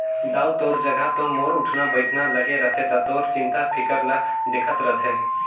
दाऊ तोर जघा तो मोर उठना बइठना लागे रथे त तोर चिंता फिकर ल देखत रथें